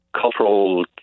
cultural